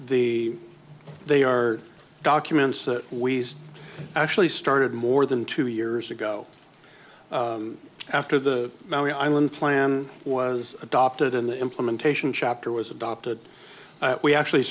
the they are documents that we actually started more than two years ago after the now island plan was adopted in the implementation chapter was adopted we actually